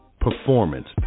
Performance